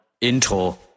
Intro